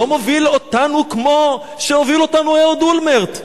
לא מוביל אותנו כמו שהוביל אותנו אהוד אולמרט?